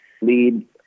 lead